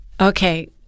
okay